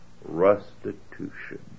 restitution